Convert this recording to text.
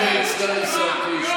אנא, לשבת, סגן השר קיש.